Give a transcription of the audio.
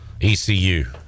ECU